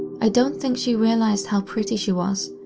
i don't think she realized how pretty she was,